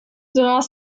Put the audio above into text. durant